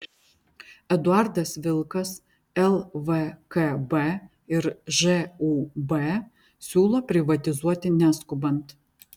eduardas vilkas lvkb ir žūb siūlo privatizuoti neskubant